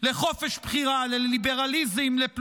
לחופש בחירה, לליברליזם, לפלורליזם,